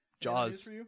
Jaws